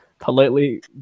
Politely